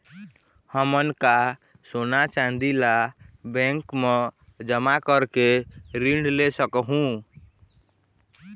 हमन का सोना चांदी ला बैंक मा जमा करके ऋण ले सकहूं?